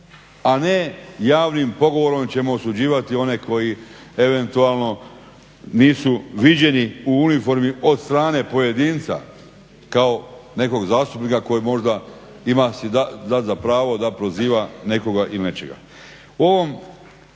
A ne javnim pogovorom ćemo osuđivati one koji eventualno nisu viđeni u uniformi od strane pojedinca kao nekog zastupnika koji možda ima si dati za pravo da proziva nekoga i nečega. U ovom